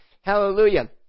Hallelujah